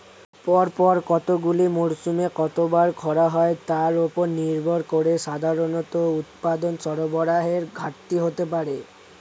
পরপর কতগুলি মরসুমে কতবার খরা হয় তার উপর নির্ভর করে সাধারণত উৎপাদন সরবরাহের ঘাটতি হতে পারে